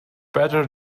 better